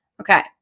Okay